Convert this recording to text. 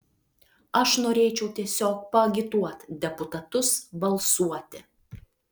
aš norėčiau tiesiog paagituot deputatus balsuoti